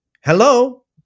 Hello